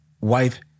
wife